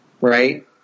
Right